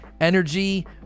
energy